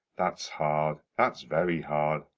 that's hard, that's very hard.